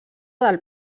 del